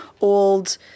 old